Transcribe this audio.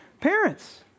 parents